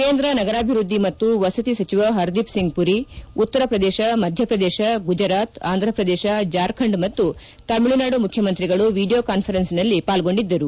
ಕೇಂದ್ರ ನಗರಾಭಿವೃದ್ದಿ ಮತ್ತು ವಸತಿ ಸಚಿವ ಹರ್ ದೀಪ್ ಸಿಂಗ್ ಪುರಿ ಉತ್ತರ ಪ್ರದೇಶ ಮಧ್ವಪ್ರದೇಶ ಗುಜರಾತ್ ಆಂಧ್ರಪ್ರದೇಶ ಜಾರ್ಖಂಡ್ ಮತ್ತು ತಮಿಳುನಾಡು ಮುಖ್ಚಮಂತ್ರಿಗಳು ವಿಡಿಯೋ ಕಾನ್ವರೆನ್ಸ್ ನಲ್ಲಿ ಪಾರ್ಗೊಂಡಿದ್ದರು